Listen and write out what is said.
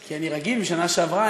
כי אני רגיל מהשנה שעברה,